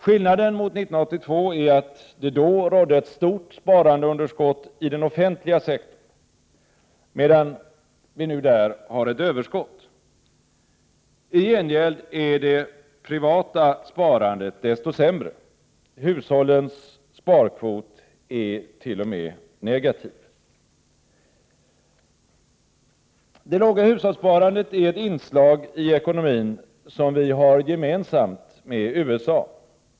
Skillnaden mot 1982 är att det då rådde ett stort sparandeunderskott i den offentliga sektorn, medan vi nu har ett överskott. I gengäld är det privata sparandet desto sämre. Hushållens sparkvot är t.o.m. negativ. Det låga hushållssparandet är ett inslag i ekonomin som vi har gemensamt med USA.